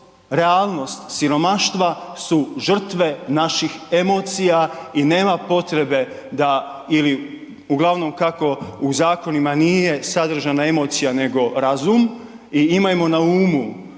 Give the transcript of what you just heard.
realnost siromaštva su žrtve naših emocija i nema potrebe da ili, uglavnom kako u zakonima nije sadržana emocija nego razum i imajmo na umu,